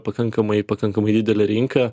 pakankamai pakankamai didelė rinka